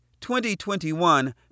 2021